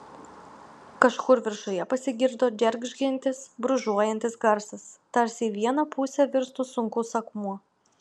kažkur viršuje pasigirdo džeržgiantis brūžuojantis garsas tarsi į vieną pusę virstų sunkus akmuo